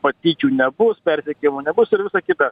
patyčių nebus perdegimo nebus ir visa kita